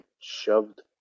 shoved